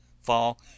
Fall